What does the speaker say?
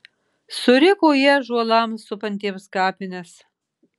suriko ji ąžuolams supantiems kapines